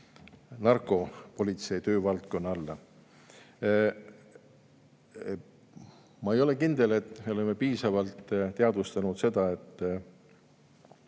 narkopolitsei töövaldkonda. Ma ei ole kindel, et me oleme piisavalt teadvustanud, et